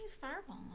Fireball